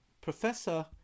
Professor